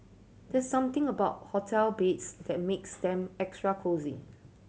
there's something about hotel beds that makes them extra cosy